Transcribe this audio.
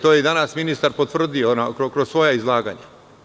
To je i danas ministar potvrdio kroz svoje izlaganje.